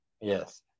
Yes